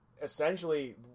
essentially